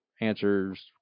answers